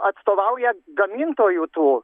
atstovauja gamintojų tų